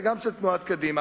וגם של תנועת קדימה.